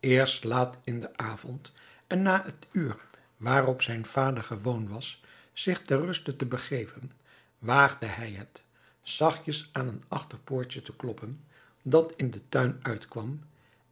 eerst laat in den avond en na het uur waarop zijn vader gewoon was zich ter ruste te begeven waagde hij het zachtjes aan een achterpoortje te kloppen dat in den tuin uitkwam